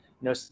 No